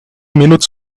minutes